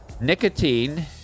Nicotine